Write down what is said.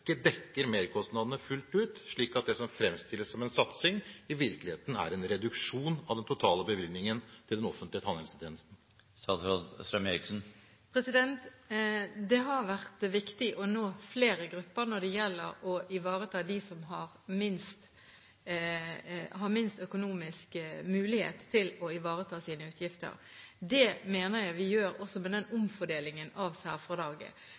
dekker merkostnadene fullt ut, slik at det som framstilles som en satsing, i virkeligheten er en reduksjon av den totale bevilgningen til den offentlige tannhelsetjenesten? Det har vært viktig å nå flere grupper når det gjelder å ivareta dem som har minst økonomisk mulighet til å betale sine utgifter. Det mener jeg vi gjør også med denne omfordelingen av særfradraget.